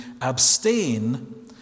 abstain